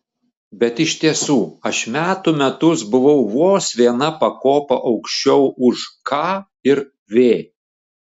bet iš tiesų aš metų metus buvau vos viena pakopa aukščiau už k ir v